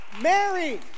Mary